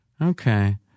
Okay